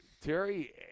Terry